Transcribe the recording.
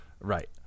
Right